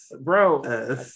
Bro